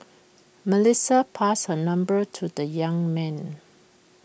Melissa passed her number to the young man